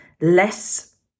less